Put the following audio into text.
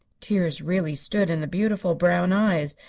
tears really stood in the beautiful brown eyes.